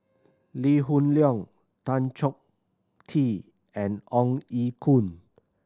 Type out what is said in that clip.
Lee Hoon Leong Tan Choh Tee and Ong Ye Kung